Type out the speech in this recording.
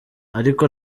ariko